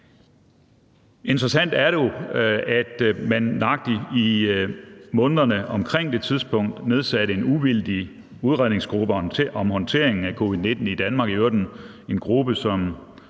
Interessant er det jo, at man nøjagtig i månederne omkring det tidspunkt nedsatte en uvildig udredningsgruppe om håndteringen af covid-19 i Danmark, i øvrigt en gruppe, som